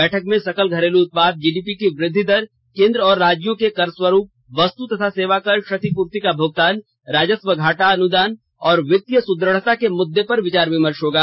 बैठक में सकल घरेलू उत्पाद जीडीपी की वृद्धि दर केन्द्र और राज्यों के कर स्वरूप वस्तु तथा सेवा कर क्षतिपूर्ति का भूगतान राजस्व घाटा अनुदान और वित्तीय सुद्रढता के मुद्दे पर विचार विमर्श होगा